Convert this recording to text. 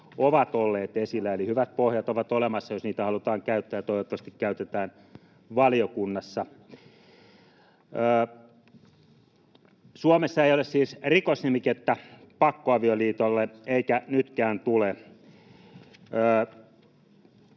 ovat olleet esillä. Eli on olemassa hyvät pohjat, jos niitä halutaan käyttää — ja toivottavasti käytetään — valiokunnassa. Suomessa ei ole siis rikosnimikettä pakkoavioliitolle eikä nytkään tule.